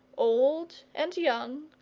old and young,